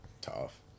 Tough